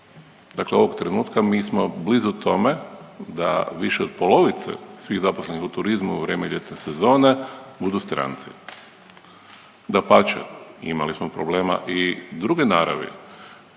dakle ovog trenutka mi smo blizu tome da više od polovice svih zaposlenih u turizmu u vrijeme ljetne sezone, budu stranci. Dapače, imali smo problema i druge naravi.